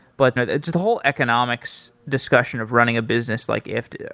but the whole economics discussion of running a business, like ifttt,